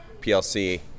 PLC